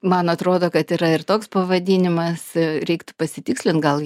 man atrodo kad yra ir toks pavadinimas reiktų pasitikslint gal